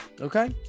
okay